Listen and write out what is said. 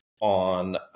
on